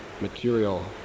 material